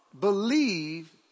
believe